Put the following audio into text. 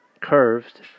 curved